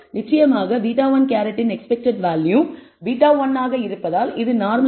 நிச்சயமாக β̂1 இன் expected value β1 ஆக இருப்பதால் இது நார்மலி டிஸ்ட்ரிபூட்டட் வித் β1